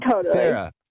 Sarah